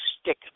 stick